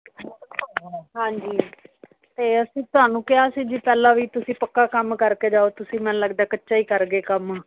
ਹਾਂਜੀ ਅਤੇ ਅਸੀਂ ਤੁਹਾਨੂੰ ਕਿਹਾ ਸੀ ਜੀ ਪਹਿਲਾਂ ਵੀ ਤੁਸੀਂ ਪੱਕਾ ਕੰਮ ਕਰਕੇ ਜਾਓ ਤੁਸੀਂ ਮੈਨੂੰ ਲੱਗਦਾ ਕੱਚਾ ਹੀ ਕਰ ਗਏ ਕੰਮ